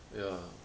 ya